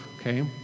okay